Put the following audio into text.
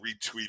retweeted